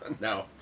No